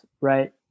right